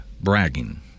bragging